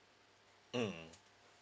mm